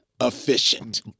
efficient